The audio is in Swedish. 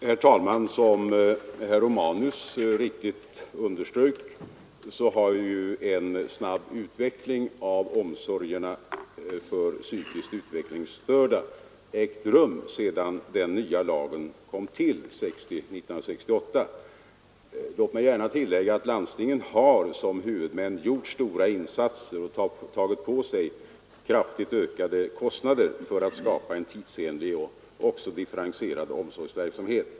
Herr talman! Som herr Romanus riktigt underströk har en snabb utveckling av omsorgerna för psykiskt utvecklingsstörda ägt rum sedan den nya lagen kom till 1968. Låt mig gärna tillägga att landstingen som huvudmän har gjort stora insatser och tagit på sig kraftigt ökade kostnader för att skapa en tidsenlig och differentierad omsorgsverksamhet.